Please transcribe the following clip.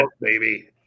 baby